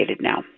now